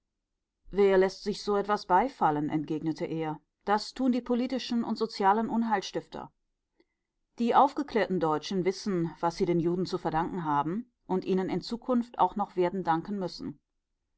wer läßt sich so etwas beifallen entgegnete er das tun die politischen und sozialen unheilstifter die aufgeklärten deutschen wissen was sie den juden zu verdanken haben und ihnen in zukunft auch noch werden danken müssen